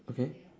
okay